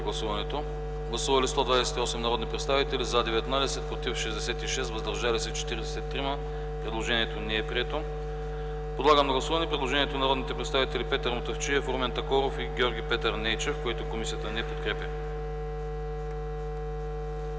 не подкрепя. Гласували 128 народни представители: за 19, против 66, въздържали 43. Предложението не е прието. Подлагам на гласуване предложението на народните представители Петър Мутафчиев, Румен Такоров и Георги Петърнейчев, което комисията не подкрепя.